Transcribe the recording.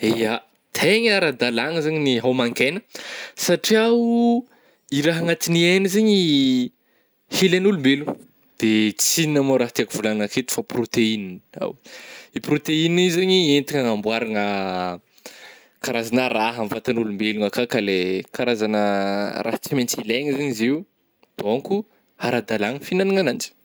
Ya, tegna ara-dalàgna zany ny hômagn-kena satria o i raha anatign'ny hena io zany hilain'ny olombelogna de tsy ino mô raha tiako volagnina aketo fa proteine, ao, io proteine io zaigny entigna anamboaragna karazana raha amy vatagnana olombelogna akao ka le karazana raha tsy maintsy ilaina zegny izy io, donc o ara-dalàgna fihignana ananjy.